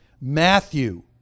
Matthew